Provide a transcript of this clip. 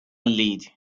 lead